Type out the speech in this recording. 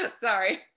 Sorry